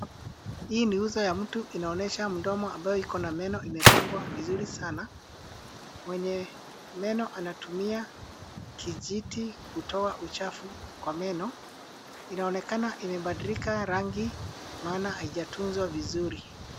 Hii ni uso ya mtu inaonyesha mdomo ambayo iko na meno imepangwa vizuri sana. Mwenye meno anatumia kijiti kutoa uchafu kwa meno. Inaonekana imebadilika rangi maana haijatunzwa vizuri.